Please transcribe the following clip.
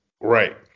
Right